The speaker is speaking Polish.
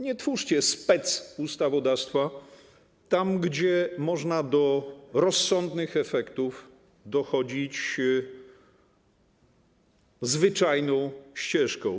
Nie twórzcie specustawodawstwa tam, gdzie można do rozsądnych efektów dochodzić zwyczajną ścieżką.